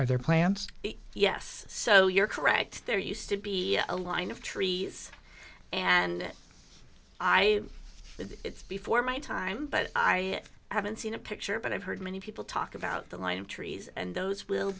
are there plants yes so you're correct there used to be a line of trees and i it's before my time but i haven't seen a picture but i've heard many people talk about the line of trees and those will